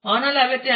ஆனால் அவற்றின் ஐ